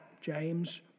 James